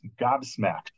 gobsmacked